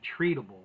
treatable